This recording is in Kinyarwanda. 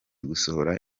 gusohora